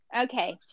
Okay